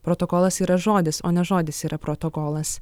protokolas yra žodis o ne žodis yra protokolas